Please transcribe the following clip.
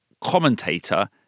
commentator